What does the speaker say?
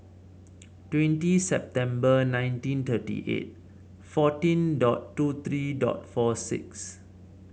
twenty September nineteen thirty eight fourteen dot two three dot four six